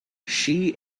she